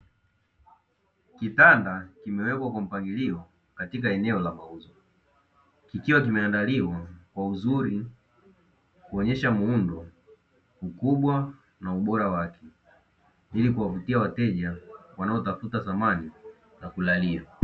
Kitanda kimewekwa kwa mpangilio katika eneo la mauzo kikiwa kimeandaliwa kwa uzuri, kuonyesha muundo, ukubwa na ubora wake ili kuwavutia wateja wanaotafuta samani za kulalia.